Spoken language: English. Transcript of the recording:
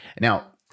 Now